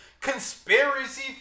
conspiracy